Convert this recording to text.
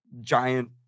giant